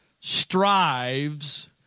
strives